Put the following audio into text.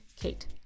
Kate